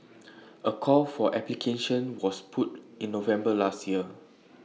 A call for applications was put in November last year